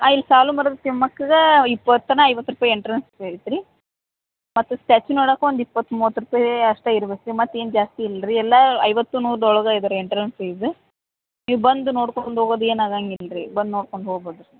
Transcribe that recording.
ಆ ಇಲ್ಲಿ ಸಾಲುಮರದ ತಿಮ್ಮಕ್ಕಗೆ ಇಪ್ಪತ್ತನೊ ಐವತ್ತು ರೂಪಾಯಿ ಎಂಟ್ರೆನ್ಸ್ ಫೀ ಐತೆ ರೀ ಮತ್ತೆ ಸ್ಟ್ಯಾಚು ನೋಡಾಕೆ ಒಂದು ಇಪ್ಪತ್ತು ಮೂವತ್ತು ರೂಪಾಯಿ ಅಷ್ಟೇ ಇರಬೇಕು ರೀ ಮತ್ತೇನು ಜಾಸ್ತಿ ಇಲ್ಲರೀ ಎಲ್ಲ ಐವತ್ತು ನೂರುದು ಒಳಗೆ ಇದೆರಿ ಎಂಟ್ರೆನ್ಸ್ ಫೀಸ್ ನೀವು ಬಂದು ನೋಡ್ಕೊಂಡು ಹೋಗದು ಏನು ಆಗಾಂಗೆ ಇಲ್ಲರಿ ಬಂದು ನೋಡ್ಕೊಂಡು ಹೋಗ್ಬೋದು ರೀ